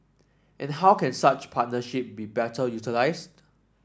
and how can such partnership be better utilised